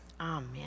Amen